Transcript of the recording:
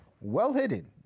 Well-hidden